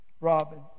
Robin